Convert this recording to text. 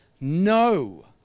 no